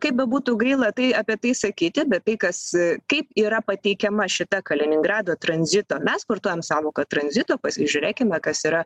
kaip bebūtų gaila tai apie tai sakyti bet tai kas kaip yra pateikiama šita kaliningrado tranzito mes vartojam sąvoką tranzito pasižiūrėkime kas yra